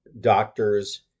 doctors